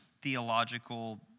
theological